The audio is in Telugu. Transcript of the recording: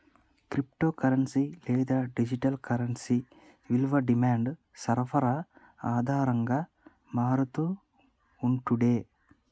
క్రిప్టో కరెన్సీ లేదా డిజిటల్ కరెన్సీ విలువ డిమాండ్, సరఫరా ఆధారంగా మారతూ ఉంటుండే